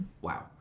Wow